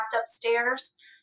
upstairs